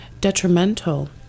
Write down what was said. detrimental